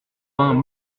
vingt